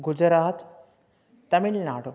Gujarat Tamil Nadu